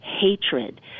hatred